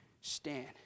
stand